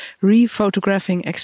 re-photographing